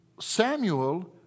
Samuel